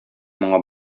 моңа